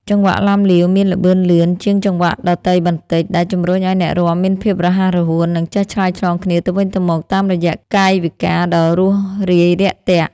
ចង្វាក់ឡាំលាវមានល្បឿនលឿនជាងចង្វាក់ដទៃបន្តិច ដែលជំរុញឱ្យអ្នករាំមានភាពរហ័សរហួន និងចេះឆ្លើយឆ្លងគ្នាទៅវិញទៅមកតាមរយៈកាយវិការដ៏រួសរាយរាក់ទាក់។